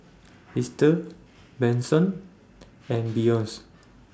Ester Benson and Beyonce